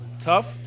tough